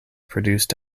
produced